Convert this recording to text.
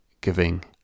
giving